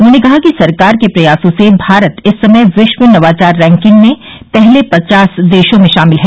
उन्होंने कहा कि सरकार के प्रयासों से भारत इस समय विश्व नवाचार रैंकिंग में पहले पचास देशों में शामिल है